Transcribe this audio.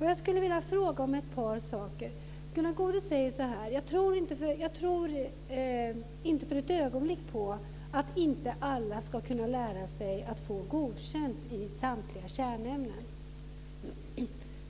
Jag skulle vilja fråga om ett par saker. Gunnar Goude säger att han tror inte för ett ögonblick att inte alla ska kunna få godkänt i samtliga kärnämnen.